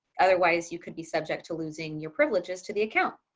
otherwise, you could be subject to losing your privileges to the account.